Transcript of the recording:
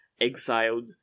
exiled